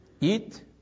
Eat